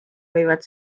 võivad